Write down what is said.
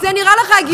זה נראה לך הגיוני?